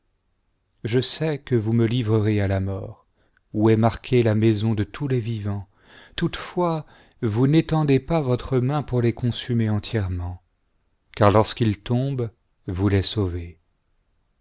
je bais que vous me livrerez à la mort où est marquée la maison de tous les vivants toutefois vous n'étendez pas votre main pour les consumer entièrement car lorsqu'ils tombent vous les sauvez